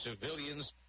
civilians